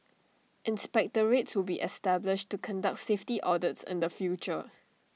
inspectorate to be established to conduct safety audits in the future